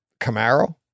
camaro